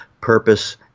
purpose